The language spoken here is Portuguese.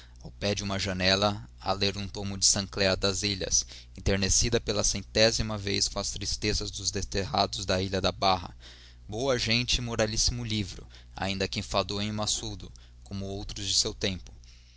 ao pé de uma janela a ler um tomo do saint clair das ilhas enternecida pela centésima vez com as tristezas dos desterrados da ilha da barra boa gente e moralíssimo livro ainda que enfadonho e maçudo como outros de seu tempo